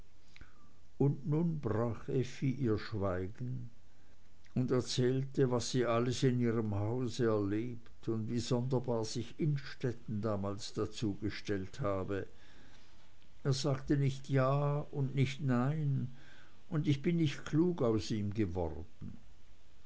und nun brach effi ihr schweigen und erzählte was sie alles in ihrem hause erlebt und wie sonderlich sich innstetten damals dazu gestellt habe er sagte nicht ja und nicht nein und ich bin nicht klug aus ihm geworden